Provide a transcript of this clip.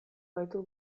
baitu